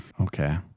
Okay